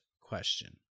question